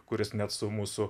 kuris net su mūsų